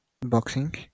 boxing